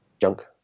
junk